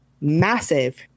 massive